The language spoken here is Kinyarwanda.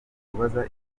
kubaza